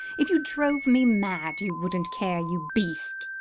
if you drove me mad, you wouldn't care. you beast!